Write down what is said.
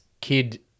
kid